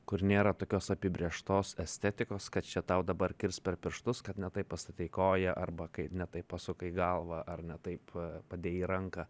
kur nėra tokios apibrėžtos estetikos kad čia tau dabar kirs per pirštus kad ne taip pastatei koją arba kai ne taip pasukai galvą ar ne taip padėjai ranką